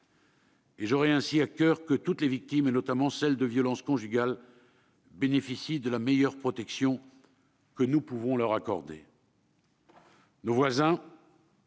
et j'aurai à coeur que toutes les victimes, notamment celles de violences conjugales, bénéficient de la meilleure protection que nous pouvons leur accorder. Nos voisins,